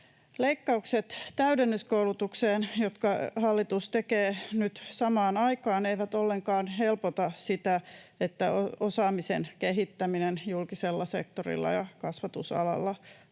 leikkaukset, jotka hallitus tekee nyt samaan aikaan, eivät ollenkaan helpota sitä, että osaamisen kehittäminen julkisella sektorilla ja kasvatusalalla